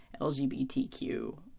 LGBTQ